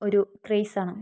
ഒരു ക്രെയ്സ് ആണ്